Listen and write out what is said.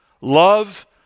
Love